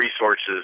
resources